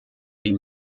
die